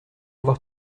voir